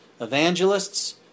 evangelists